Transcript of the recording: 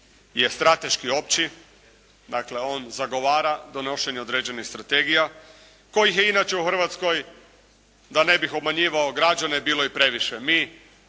je strateški i opći, dakle on zagovara donošenje određenih strategija kojih je inače u Hrvatskoj da ne bih obmanjivao građane bilo i previše. Mi